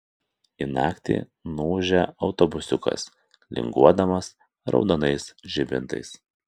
į naktį nuūžia autobusiukas linguodamas raudonais žibintais